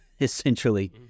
essentially